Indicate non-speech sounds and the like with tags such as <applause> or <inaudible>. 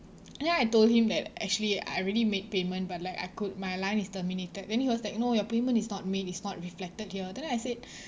and then I told him that actually I already made payment but like I could~ my line is terminated then he was like you no your payment is not made it's not reflected here then I said <breath>